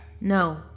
No